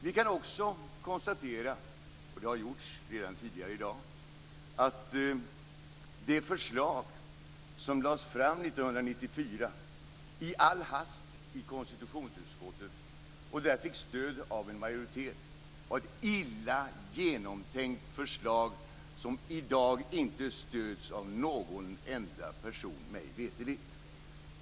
Vi kan också konstatera, vilket gjorts tidigare i dag, att det förslag som lades fram i all hast i konstitutionsutskottet 1994 och där fick stöd av en majoritet var ett illa genomtänkt förslag, som i dag inte stöds av någon enda person, mig veterligen.